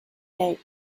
date